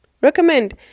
Recommend